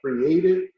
created